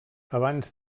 abans